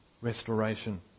restoration